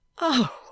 Oh